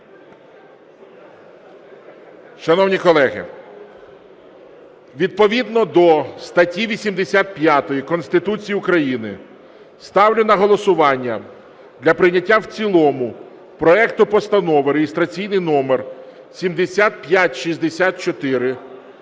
Шановні колеги, відповідно до статті 85 Конституції України ставлю на голосування для прийняття в цілому проекту Постанови (реєстраційний номер 7564)